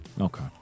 Okay